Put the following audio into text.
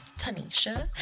Tanisha